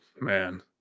man